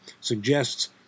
suggests